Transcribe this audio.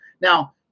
Now